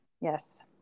Yes